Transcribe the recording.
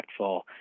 impactful